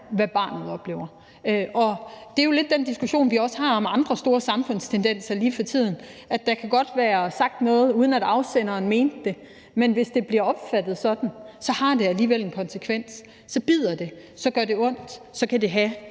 hvad barnet oplever. Det er jo lidt den diskussion, vi også har om andre store samfundstendenser lige for tiden. Der kan godt være sagt noget, uden at afsenderen mente det, men hvis det bliver opfattet sådan, har det alligevel en konsekvens. Så bider det, så gør det ondt, så kan det have